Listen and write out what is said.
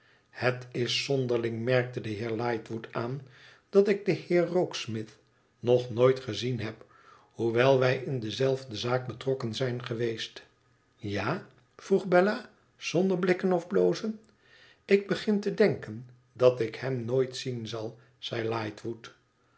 het is zonderling merkte de heer lightwood aan dat ik den heer rokesmith nog nooit gezien heb hoewel wij in dezelfde zaak betrokken zijn geweest ja vroeg bella zonder blikken of blozen ik begin te denken dat ik hem nooit zien zal zei lightwood